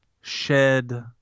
shed